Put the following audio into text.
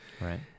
right